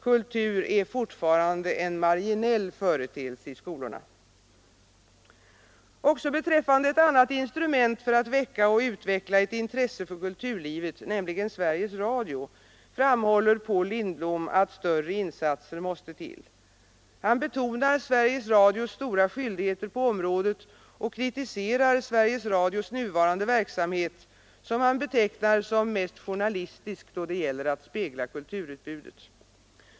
Kultur är fortfarande en marginell företeelse i skolorna.” Också beträffande ett annat instrument för att väcka och utveckla ett intresse för kulturlivet, nämligen Sveriges Radio, framhåller Paul Lindblom att större insatser måste till. Han betonar Sveriges Radios stora skyldigheter på området och kritiserar Sveriges Radios nuvarande verksamhet, som han betecknar som mest journalistisk då det gäller att spegla kulturutbudet.